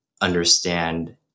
understand